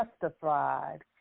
justified